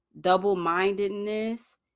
double-mindedness